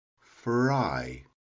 Fry